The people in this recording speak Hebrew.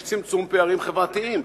יש צמצום פערים חברתיים?